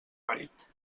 marit